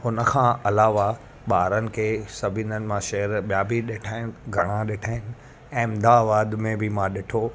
हुन खां अलावा ॿारनि के सभिनिनि मां शहर ॿिया बि ॾिठा आहिनि घणा ॾिठा आहिनि अहमदाबाद में बि मां ॾिठो